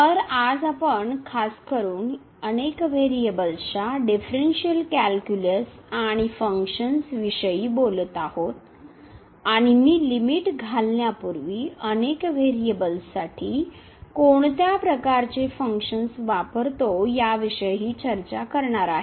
तर आज आपण खासकरुन आता अनेक व्हेरिएबल्सच्या डिफ्रनशिअल कॅल्क्युलस आणि फंक्शन्स विषयी बोलत आहोत आणि मी लिमिट घालण्यापूर्वी अनेक व्हेरिएबल्ससाठी कोणत्या प्रकारची फंक्शन्स वापरतो याविषयीही चर्चा करणार आहे